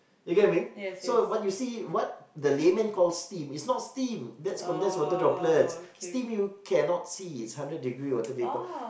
you get what I mean so what you see what they layman call steam is not steam that's condensed water droplets steam you cannot see it's hundred degree water vapour